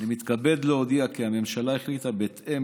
אני מתכבד להודיע כי הממשלה החליטה, בהתאם